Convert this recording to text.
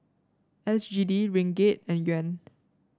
S G D Ringgit and Yuan